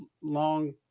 long